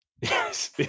Yes